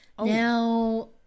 Now